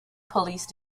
police